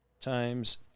times